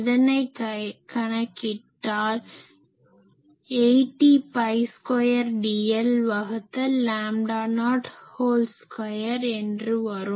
இதனை கணக்கிட்டால் eta naught 120 by 80 by square dl வகுத்தல் லாம்டா நாட் ஹோல் ஸ்கொயர் என்று வரும்